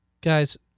guys